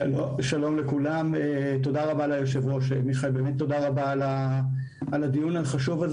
תודה רבה ליושב-ראש על הדיון החשוב הזה